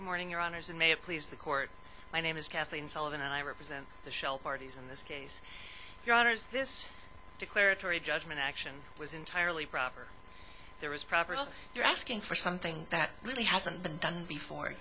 the morning your honour's and may have please the court my name is kathleen sullivan and i represent the shell parties in this case your honour's this declaratory judgment action was entirely proper there was properly you're asking for something that really hasn't been done before